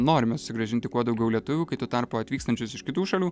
norime susigrąžinti kuo daugiau lietuvių kai tuo tarpu atvykstančius iš kitų šalių